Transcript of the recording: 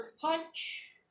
punch